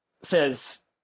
says